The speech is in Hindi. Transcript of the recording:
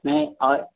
नहीं और